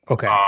Okay